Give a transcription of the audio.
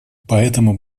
поэтому